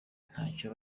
ntacyo